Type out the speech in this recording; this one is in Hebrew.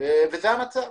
וזה המצב.